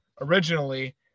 originally